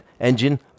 engine